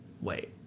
Wait